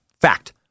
Fact